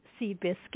Seabiscuit